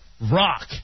rock